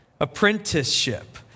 Apprenticeship